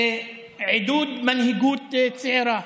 עידוד מנהיגות צעירה.